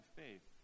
faith